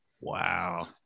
Wow